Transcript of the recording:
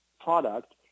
product